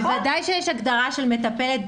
בוודאי שיש הגדרה של מטפלת,